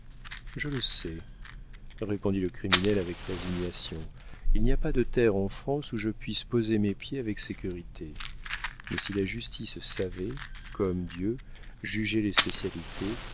je le sais répondit le criminel avec résignation il n'y a pas de terre en france où je puisse poser mes pieds avec sécurité mais si la justice savait comme dieu juger les spécialités